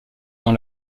dans